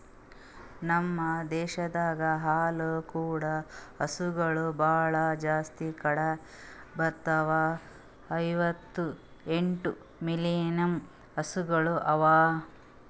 ನಮ್ ದೇಶದಾಗ್ ಹಾಲು ಕೂಡ ಹಸುಗೊಳ್ ಭಾಳ್ ಜಾಸ್ತಿ ಕಂಡ ಬರ್ತಾವ, ಐವತ್ತ ಎಂಟು ಮಿಲಿಯನ್ ಹಸುಗೊಳ್ ಅವಾ